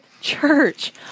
church